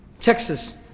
Texas